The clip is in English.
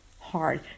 hard